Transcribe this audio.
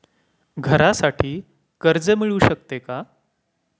घरासाठी कर्ज मिळू शकते का?